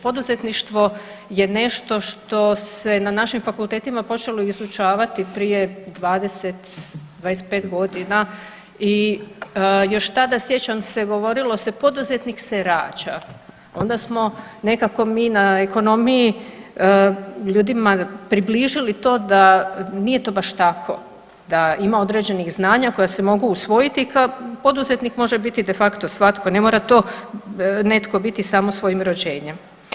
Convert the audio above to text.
Poduzetništvo je nešto što se na našim fakultetima počelo izučavati prije 20.-25.g. i još tada sjećam se govorilo se poduzetnik se rađa, onda smo nekako mi na ekonomiji ljudima približili to da nije to baš tako, da ima određenih znanja koja se mogu usvojiti, ka poduzetnik može biti de facto svatko, ne mora to netko biti samo svojim rođenjem.